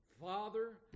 Father